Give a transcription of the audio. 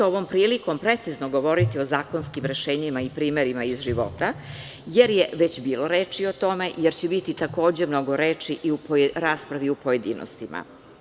Ovom prilikom neću precizno govoriti o zakonskim rešenjima i primerima iz života jer je već bilo reči o tome i jer će biti takođe mnogo reči i u raspravi u pojedinostima.